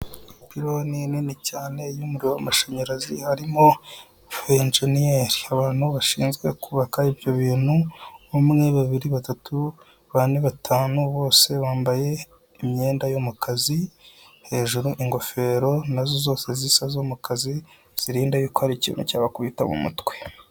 Ipironi nini cyaney'umuriro w'amashanyarazi, harimo abenjennyeri. Abantu bashinzwe kubaka ibyo bintu, umwe, babiri, batatu, bane, batanu, bose bambaye imyenda yo mu kazi, hejuru ingofero na zo zose zisa zo mu kazi, zirinda ko hari ikintu cyabakubita mu mutwe.